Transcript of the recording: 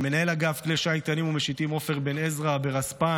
למנהל אגף כלי שיט קטנים ומשיטים עופר בן עזרא ברספ"ן,